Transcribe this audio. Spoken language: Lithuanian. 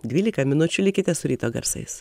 dvylika minučių likite su ryto garsais